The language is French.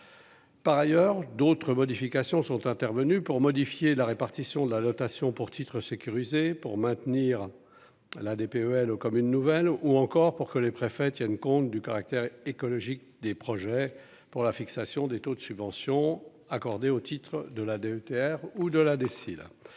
Par ailleurs, d'autres modifications sont intervenus pour modifier la répartition de la dotation pour titres sécurisés pour maintenir l'un des PEL comme une nouvelle ou encore pour que les préfets tiennent compte du caractère écologique des projets pour la fixation des taux de subventions accordées au titre de la DETR ou de la ces